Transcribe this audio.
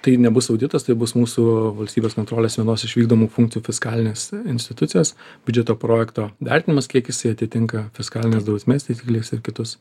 tai nebus auditas tai bus mūsų valstybės kontrolės vienos iš vykdomų funkcijų fiskalinės institucijos biudžeto projekto vertinimas kiek jisai atitinka fiskalinės drausmės taisykles ir kitus